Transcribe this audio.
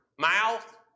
mouth